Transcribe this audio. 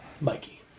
Mikey